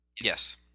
Yes